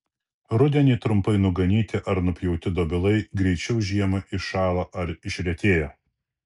rudenį trumpai nuganyti ar nupjauti dobilai greičiau žiemą iššąla ar išretėja